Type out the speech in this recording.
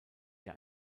der